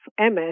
MS